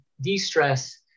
de-stress